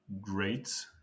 great